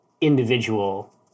individual